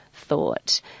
thought